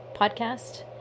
podcast